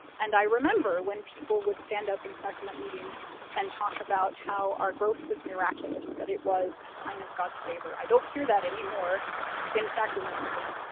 and i remember when people would stand up in sacrament meeting and talk about how our growth was miraculous, that it was a sign of god's favor. i don't hear that anymore in sacrament meeting.